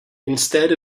instead